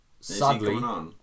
sadly